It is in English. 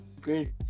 great